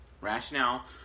rationale